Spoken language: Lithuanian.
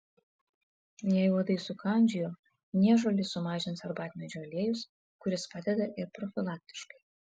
jei uodai sukandžiojo niežulį sumažins arbatmedžio aliejus kuris padeda ir profilaktiškai